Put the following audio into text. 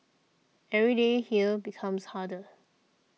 every day here becomes harder